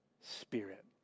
spirit